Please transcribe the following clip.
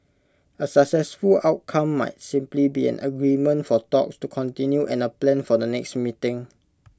A successful outcome might simply be an agreement for talks to continue and A plan for the next meeting